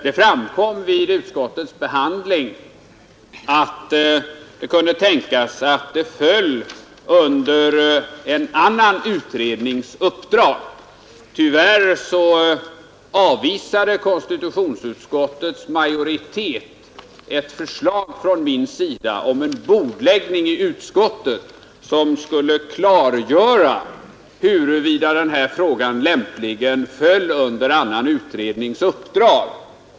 Det framkom vid utskottets behandling av ärendet att det kunde tänkas att den föll under en annan utrednings uppdrag. Tyvärr avvisade konstitutionsutskottets majoritet ett förslag från mig om en bordläggning i utskottet som skulle klargöra, huruvida frågan lämpligen föll under annan utrednings uppdrag.